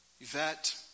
Yvette